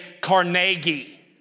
Carnegie